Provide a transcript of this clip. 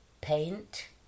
paint